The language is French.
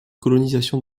colonisation